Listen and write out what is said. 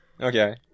Okay